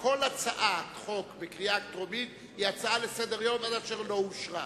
כל הצעת חוק בקריאה טרומית היא הצעה לסדר-היום עד אשר לא אושרה.